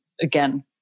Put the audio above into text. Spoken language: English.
again